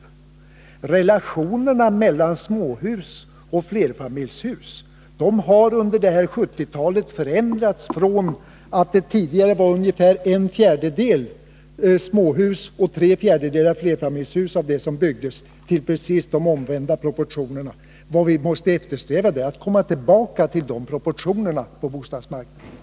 Relationerna mellan småhus och flerfamiljshus har förändrats radikalt under 1970-talet. Från ungefär en fjärdedel småhus och tre fjärdedelar flerfamiljshus har det blivit precis omvända proportioner. Vad vi måste eftersträva är att komma tillbaka till de proportioner som rådde förut.